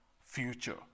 future